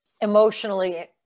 emotionally